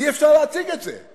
אי-אפשר להציג את זה.